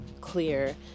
clear